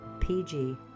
pg